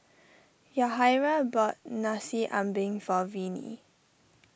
Yahaira bought Nasi Ambeng for Viney